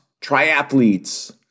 triathletes